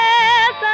Yes